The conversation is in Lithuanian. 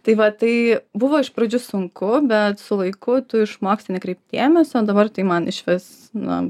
tai va tai buvo iš pradžių sunku bet su laiku tu išmoksti nekreipt dėmesio dabar tai man išvis na